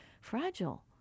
fragile